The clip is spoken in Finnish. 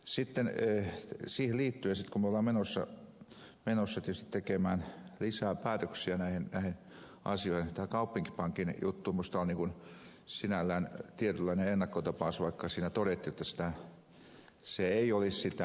sitten siihen liittyen kun olemme menossa tietysti tekemään lisää päätöksiä näistä asioista tämä kaupthing pankin juttu minusta on sinällään tietynlainen ennakkotapaus vaikka siinä todettiin että se ei olisi sitä